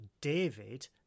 David